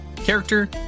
character